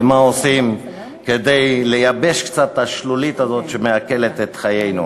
למה עושים כדי לייבש קצת את השלולית הזאת שמאכלת את חיינו.